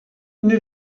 une